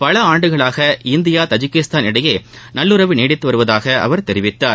பல ஆண்டுகளாக India Tajikistan இடையே நல்லுறவு நீடித்து வருவதாக அவர் தெரிவித்தார்